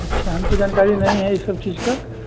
अच्छा हमको जानकारी नहीं है ये सब चीज का